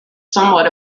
somewhat